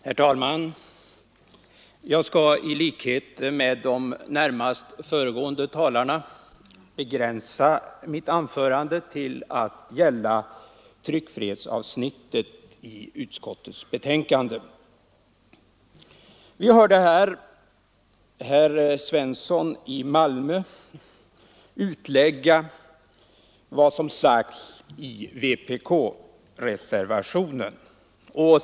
Herr talman! Jag skall i likhet med de närmast föregående talarna begränsa mitt anförande till att gälla tryckfrihetsavsnittet i konstitutionsutskottets betänkande. Vi hörde herr Svensson i Malmö utlägga vad som sagts i vpk-reservationen .